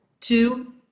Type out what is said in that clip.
two